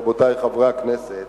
רבותי חברי הכנסת,